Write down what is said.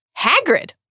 Hagrid